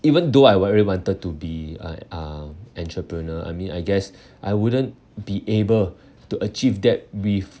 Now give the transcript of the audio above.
even though I really wanted to be a uh entrepreneur I mean I guess I wouldn't be able to achieve that with